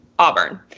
Auburn